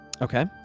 Okay